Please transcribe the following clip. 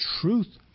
truth